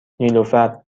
نیلوفرنه